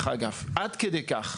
עד כדי כך.